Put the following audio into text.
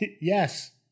Yes